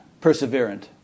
Perseverant